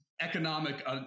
economic